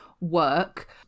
work